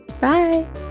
Bye